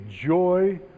joy